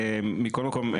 מכל מקום,